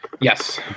Yes